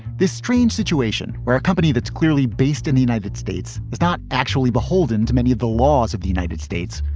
this strange situation where a company that's clearly based in the united states is not actually beholden to many of the laws of the united states.